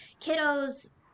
Kiddos